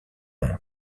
monde